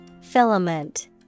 Filament